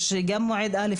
יש גם מועד א',